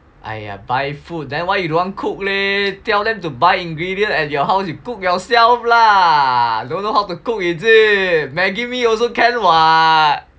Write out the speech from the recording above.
!aiya! buy food then why you don't want cook leh tell them to buy ingredients at your house you cook self lah don't know how to cook is it maggie mee also can [what]